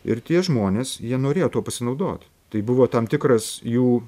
ir tie žmonės jie norėjo tuo pasinaudot tai buvo tam tikras jų